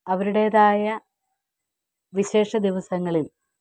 അവരുടേതായ വിശേഷ ദിവസങ്ങളിൽ